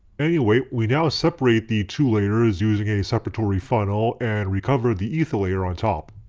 anyway, we now seperate the two layers using a separatory funnel and recover the ether layer on top.